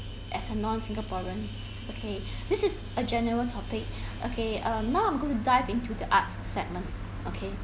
as a non singaporean okay this is a general topic okay um now I'm going to dive into the arts segment okay